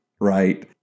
Right